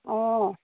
অঁ